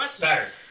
Better